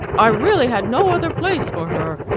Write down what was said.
i really had no other place for her.